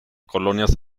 colonias